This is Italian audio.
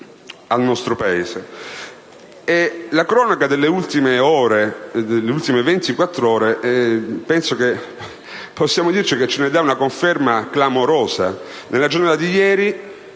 al nostro Paese. La cronaca delle ultime ventiquattrore - credo possiamo dirlo - ce ne dà una conferma clamorosa. Nella giornata di ieri